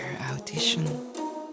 audition